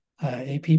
AP